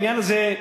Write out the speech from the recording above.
בעניין הזה,